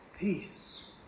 peace